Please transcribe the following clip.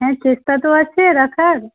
হ্যাঁ চেষ্টা তো আছে রাখার